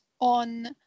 on